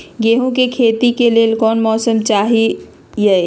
गेंहू के खेती के लेल कोन मौसम चाही अई?